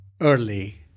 early